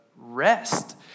rest